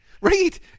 Right